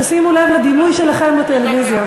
אלא מבקשת שתשימו לב לדימוי שלכם בטלוויזיה.